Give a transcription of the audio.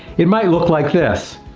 it might look like this,